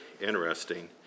interesting